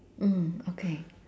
mm okay